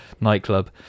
nightclub